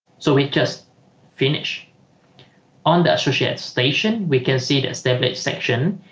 so we just finish on the associate station we can see the established section